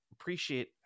appreciate